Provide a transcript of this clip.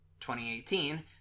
2018